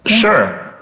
Sure